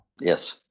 Yes